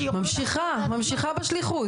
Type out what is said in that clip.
את ממשיכה, ממשיכה בשליחות.